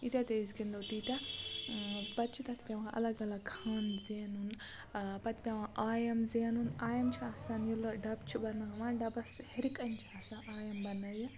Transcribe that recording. ییٖتیٛاہ تہِ أسۍ گِنٛدوو تیٖتیاہ پَتہٕ چھِ تَتھ پٮ۪وان الگ الگ کھان زینُن پَتہٕ پٮ۪وان آیَم زینُن آیَم چھُ آسان ییٚلہٕ ڈَبہٕ چھُ بَناوان ڈَبَس ہیٚرِکَن چھِ آسان آیَم بَنٲیِتھ